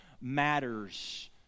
matters